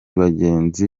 bagenzi